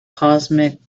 cosmic